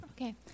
Okay